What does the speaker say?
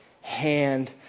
hand